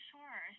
Sure